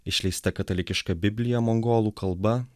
išleista katalikiška biblija mongolų kalba